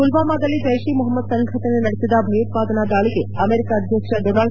ಪುಲ್ವಾಮಾದಲ್ಲಿ ಜೈಷ್ ಇ ಮೊಪಮ್ನದ್ ಸಂಘಟನೆ ನಡೆಸಿದ ಭಯೋತ್ಪಾದನೆ ದಾಳಿಗೆ ಅಮೆರಿಕ ಅಧ್ಯಕ್ಷ ಡೋನಾಲ್ಡ್